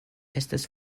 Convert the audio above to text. estas